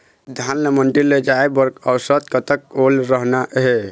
धान ला मंडी ले जाय बर औसत कतक ओल रहना हे?